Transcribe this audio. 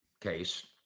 case